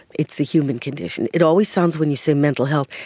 it's the human condition. it always sounds, when you say mental health,